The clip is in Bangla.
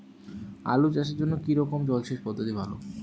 আলু চাষের জন্য কী রকম জলসেচ পদ্ধতি ভালো?